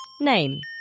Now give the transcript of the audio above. Name